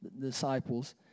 disciples